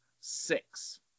six